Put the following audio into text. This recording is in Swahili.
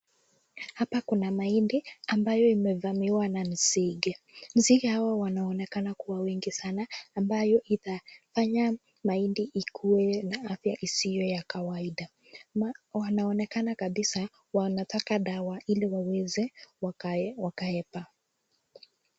Hapa kuna mahindi ambayo imevamiwa na nzige. Nzige hawa wanaonekana kuwa wengi sana ambayo itafanya mahindi ikuwe na afya isiyo ya kawaida. Wanaonekana kabisa wanataka dawa ili waweze wakae wakaepa.